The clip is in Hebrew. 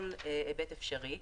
בכל היבט אפשרי.